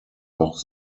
auch